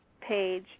page